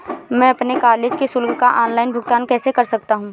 मैं अपने कॉलेज की शुल्क का ऑनलाइन भुगतान कैसे कर सकता हूँ?